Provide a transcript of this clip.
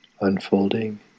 unfolding